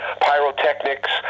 pyrotechnics